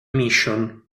mission